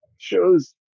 Shows